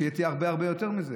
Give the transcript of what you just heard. ולפי דעתי זה הרבה הרבה יותר מזה.